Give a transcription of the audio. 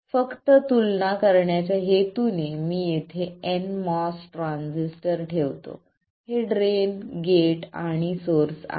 फक्त तुलना करण्याच्या हेतूने मी येथे nMOS ट्रान्झिस्टर ठेवतो हे ड्रेन गेट आणि सोर्स आहे